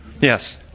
Yes